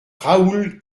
raoul